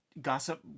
gossip